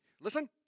listen